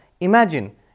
imagine